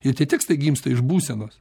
ir tie tekstai gimsta iš būsenos